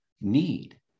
need